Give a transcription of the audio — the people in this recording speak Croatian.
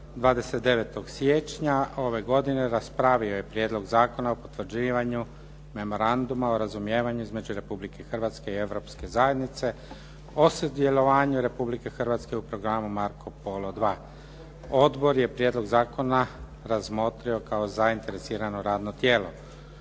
29. siječnja ove godine raspravio je Prijedlog zakona o potvrđivanju Memoranduma o razumijevanju između Republike Hrvatske i Europske zajednice o sudjelovanju Republike Hrvatske u programu "Marco Polo II". Odbor je prijedlog zakona razmotrio kao zainteresirano radno tijelo.